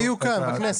מתי הן יהיו כאן בכנסת?